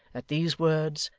at these words,